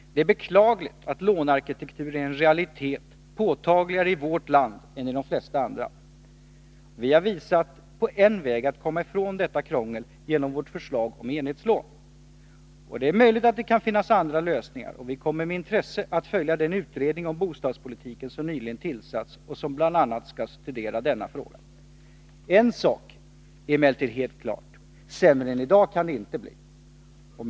Det är beklagligt att lånearkitektur är en realitet, påtagligare i vårt land än i de flesta andra. Vi har visat på en väg att komma ifrån detta krångel genom vårt förslag om enhetslån. Det är möjligt att det kan finnas andra lösningar, och vi kommer med intresse att följa den utredning om bostadspolitiken som nyligen tillsatts och som bl.a. skall studera denna fråga. En sak är emellertid helt klar: sämre än i dag kan det inte bli. Herr talman!